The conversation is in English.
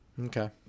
Okay